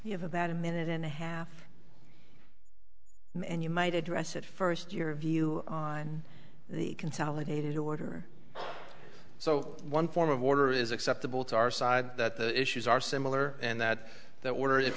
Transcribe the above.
about a minute and a half and you might address it first your view on the consolidated order so one form of order is acceptable to our side that the issues are similar and that that word or if